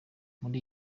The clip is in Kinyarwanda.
muri